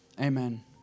Amen